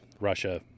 Russia